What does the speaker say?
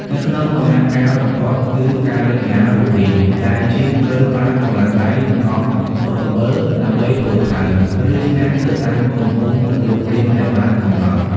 នៅក្នុងដំណាក់កាលបន្ទាប់គឺ ការរចនារូបរាង ដែលជាងត្រូវប្រើកម្លាំងដៃ និងកង់រង្វិលដើម្បីធ្វើផើង ឬឆ្នាំងទៅតាមទំហំ និងរូបរាងដែលបានកំណត់។